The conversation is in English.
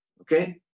okay